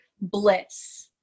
bliss